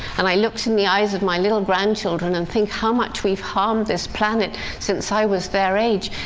and i looked in the eyes of my little grandchildren, and think how much we've harmed this planet since i was their age.